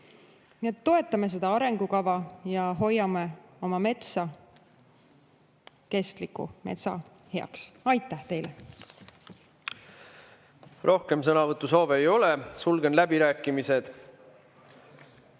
toetame seda arengukava ja hoiame oma metsa. Kestliku metsa heaks. Aitäh teile! Rohkem sõnavõtusoove ei ole, sulgen läbirääkimised.